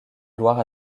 loire